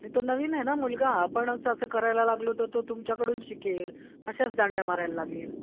नाही तो नवीन आहे ना मुलगा आपणच असं करायला लागलो तर तो तुमच्याकडून शिकेल अशाच दांड्या मारायला लागेल